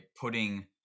putting